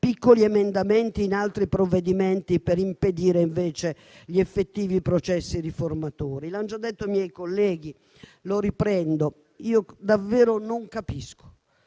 piccoli emendamenti in altri provvedimenti per impedire gli effettivi processi riformatori. Lo hanno già detto i miei colleghi e lo riprendo: davvero non capisco